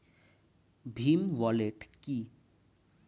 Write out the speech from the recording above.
Bhim wallet কি?